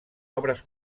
obres